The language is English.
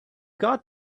got